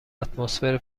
اتمسفر